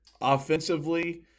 offensively